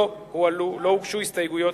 לא הוגשו הסתייגויות.